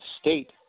state